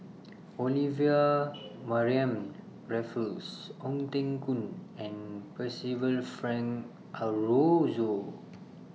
Olivia Mariamne Raffles Ong Teng Koon and Percival Frank Aroozoo